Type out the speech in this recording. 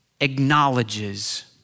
acknowledges